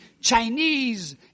Chinese